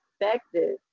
effective